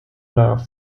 love